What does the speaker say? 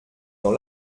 dans